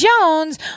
Jones